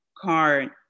card